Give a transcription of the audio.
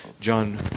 John